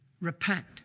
repent